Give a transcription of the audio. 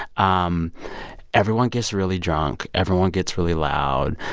um everyone gets really drunk. everyone gets really loud.